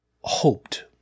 hoped